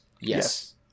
Yes